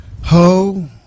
Ho